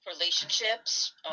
relationships